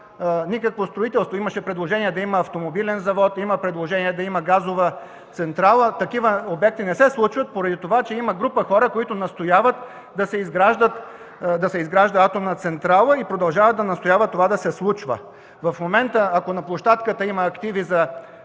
никакво строителство. Имаше предложение да има автомобилен завод. Има предложение да има газова централа. Такива обекти не се случват поради това, че има група хора, които настояват да се изгражда атомна централа и продължават да настояват това да се случва. Ако в момента на площадката има активи за